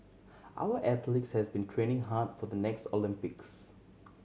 our athletes has been training hard for the next Olympics